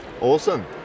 Awesome